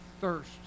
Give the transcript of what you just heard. thirst